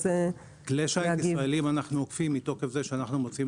כלי שיט ישראלים אנחנו אוכפים מתוקף זה שאנחנו מוציאים